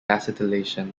acetylation